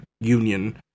Union